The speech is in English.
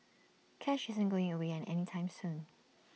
cash isn't going away any time soon